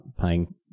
paying